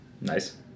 Nice